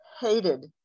hated